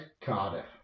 cardiff